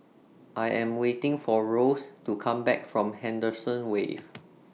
I Am waiting For Rose to Come Back from Henderson Wave